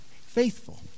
faithful